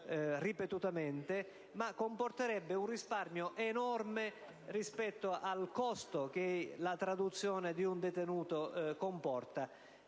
anche un risparmio enorme rispetto al costo che la traduzione di un detenuto comporta.